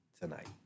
Tonight